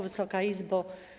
Wysoka Izbo!